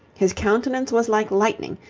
his countenance was like lightning,